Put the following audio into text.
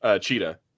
Cheetah